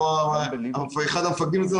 אחד המפקדים אצלנו,